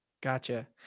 Gotcha